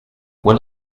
will